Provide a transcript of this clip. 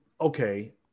okay